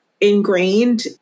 ingrained